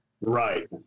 Right